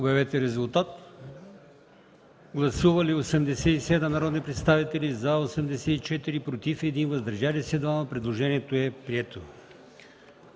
от комисията. Гласували 87 народни представители: за 84, против 1, въздържали се 2. Предложението е прието.